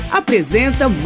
apresenta